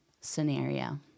scenario